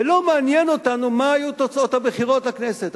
ולא מעניין אותנו מה היו תוצאות הבחירות לכנסת.